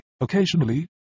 occasionally